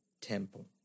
temple